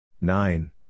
Nine